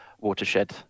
watershed